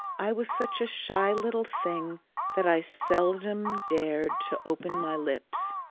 i was such a shy little thing that i seldom dared to open my lips,